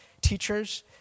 teachers